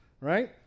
right